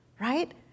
Right